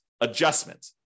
adjustment